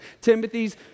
Timothy's